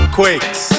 quakes